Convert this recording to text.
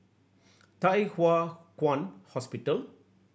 Thye Hua Kwan Hospital